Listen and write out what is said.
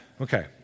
Okay